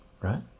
right